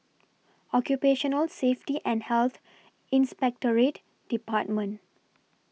Occupational Safety and Health Inspectorate department